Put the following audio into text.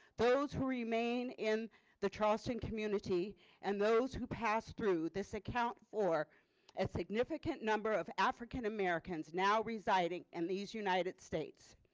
those who remain in the charleston community and those who passed through this account for a significant number of african-americans now residing in and these united states.